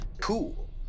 Cool